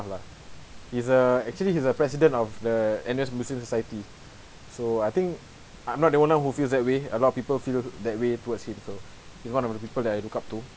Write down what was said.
lah he's a actually he's a president of the N_S muslim society so I think I'm not the only one who feels that way a lot of people feel that way towards him so he is one of the people that I look up to